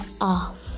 off